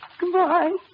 Goodbye